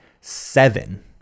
seven